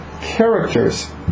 characters